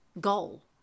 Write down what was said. goal